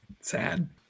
sad